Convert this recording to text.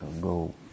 go